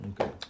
Okay